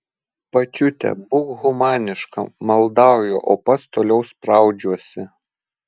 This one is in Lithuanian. pačiute būk humaniška maldauju o pats toliau spraudžiuosi